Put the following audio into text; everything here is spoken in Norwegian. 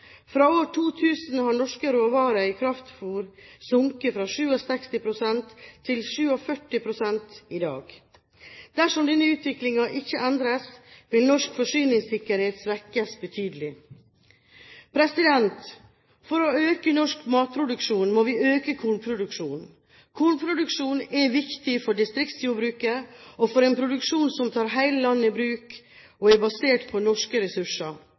Fra år 2000 har norske råvarer i kraftfôr sunket fra 67 pst. til 47 pst. i dag. Dersom denne utviklingen ikke endres, vil norsk forsyningssikkerhet svekkes betydelig. For å øke norsk matproduksjon må vi øke kornproduksjonen. Kornproduksjonen er viktig for distriktsjordbruket og for en produksjon som tar hele landet i bruk og er basert på norske ressurser.